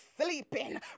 sleeping